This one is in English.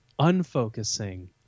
unfocusing